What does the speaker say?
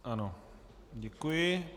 Ano, děkuji.